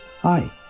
Hi